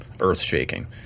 earth-shaking